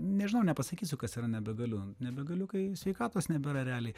nežinau nepasakysiu kas yra nebegaliu nebegaliu kai sveikatos nebėra realiai